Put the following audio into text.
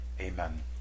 Amen